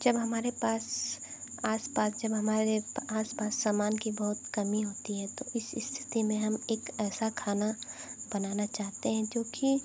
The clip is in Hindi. जब हमारे पास आस पास जब हमारे आस पास सामान की बहुत कमी होती तो इस स्थिति में हम एक ऐसा खाना बनाना चाहते हैं जो कि